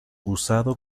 usado